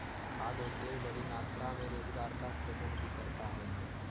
खाद्य उद्योग बड़ी मात्रा में रोजगार का सृजन भी करता है